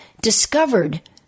discovered